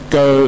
go